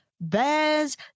bears